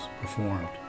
performed